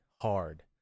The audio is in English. hard